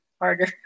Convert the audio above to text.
harder